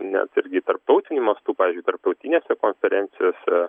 net irgi tarptautiniu mastu pavyzdžiui tarptautinėse konferencijose